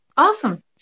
Awesome